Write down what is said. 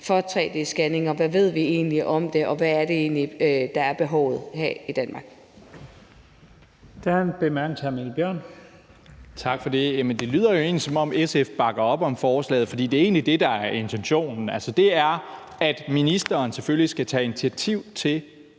for tre-d-scanninger: Hvad ved vi egentlig om det, og hvad er det egentlig, der er behovet her i Danmark?